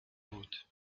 route